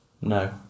No